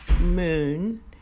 Moon